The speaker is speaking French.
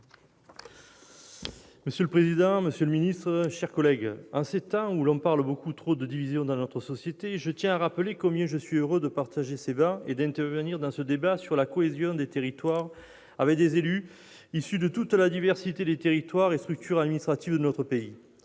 Monsieur le président, monsieur le ministre, chers collègues, en ces temps où l'on parle beaucoup trop de divisions dans notre société, je tiens à rappeler combien je suis heureux d'être parmi vous et d'intervenir dans ce débat sur la cohésion des territoires, avec des élus issus de toute la diversité des territoires et des structures administratives de notre pays.